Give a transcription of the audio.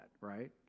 right